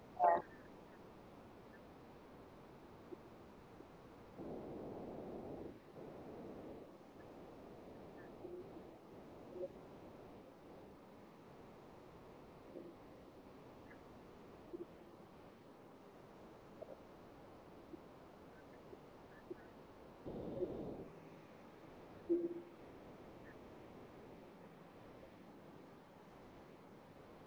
uh